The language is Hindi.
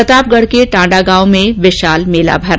प्रतापगढ के टांडा गांव में विशाल मेला भरा